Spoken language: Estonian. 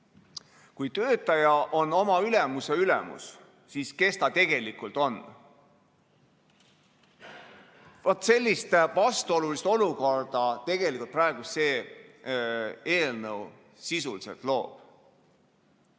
Kui töötaja on oma ülemuse ülemus, siis kes ta tegelikult on? Vaat sellist vastuolulist olukorda praegu see eelnõu sisuliselt loob.